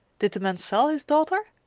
did the man sell his daughter?